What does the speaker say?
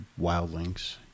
wildlings